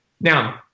Now